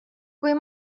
kui